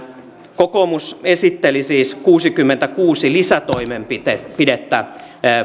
kokoomus esitteli siis kuusikymmentäkuusi lisätoimenpidettä